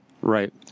Right